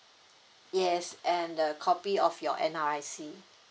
yes and the copy of your N_R_I_C